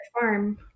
farm